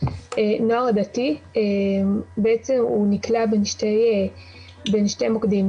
נוער דתי נקלע בין שני מוקדים,